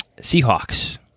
Seahawks